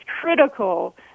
critical